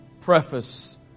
preface